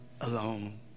alone